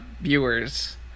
viewers